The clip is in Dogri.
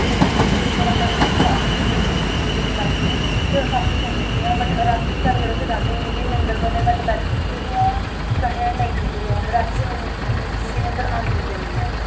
दिन बिच मतलब कि काफी इ'न्नी नींद आंदी ऐ कि में काफी सोनी होनी आं वट् रातीं दी गल्ल करो ते रातीं मिगी निंदर भामें में दपैह्रीं सुत्ती दी होआं चाहे नेईं सुत्ती दी होआं रातीं ते मिगी निंदर आंदी गै निं ऐ